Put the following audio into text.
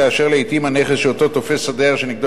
כאשר לעתים הנכס שאותו תופס הדייר שנגדו